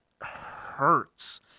hurts